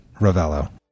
Ravello